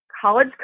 College